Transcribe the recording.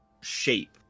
Shape